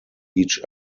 each